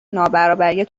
نابرابری